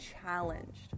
challenged